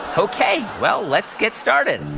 ah ok. well, let's get started.